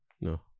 No